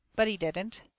but he didn't.